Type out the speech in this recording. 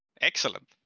Excellent